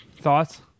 Thoughts